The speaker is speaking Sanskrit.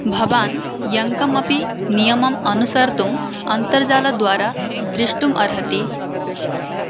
भवान् यं कमपि नियमम् अनुसर्तुम् अन्तर्जालद्वारा द्रष्टुम् अर्हति